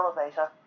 elevator